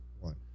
one